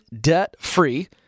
debt-free